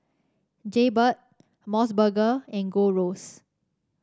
Jaybird MOS burger and Gold Roast